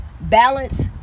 balance